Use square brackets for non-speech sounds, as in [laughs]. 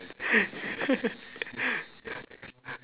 [laughs]